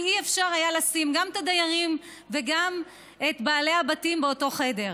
כי לא היה אפשר לשים גם את הדיירים וגם את בעלי הבתים באותו חדר.